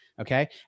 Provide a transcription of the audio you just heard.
Okay